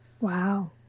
Wow